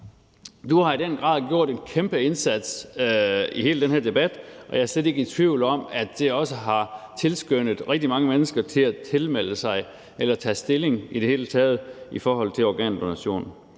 Du har i den grad gjort en kæmpe indsats i hele den her debat, og jeg er slet ikke i tvivl om, at det også har tilskyndet rigtig mange mennesker til at tilmelde sig eller i det hele taget tage stilling til organdonation.